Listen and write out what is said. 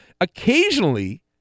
Occasionally